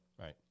Right